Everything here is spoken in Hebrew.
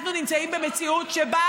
אנחנו נמצאים במציאות שבה השוויון,